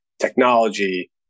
technology